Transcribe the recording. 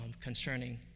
concerning